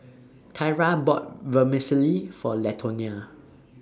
Tyra bought Vermicelli For Latonia